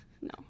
No